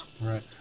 Right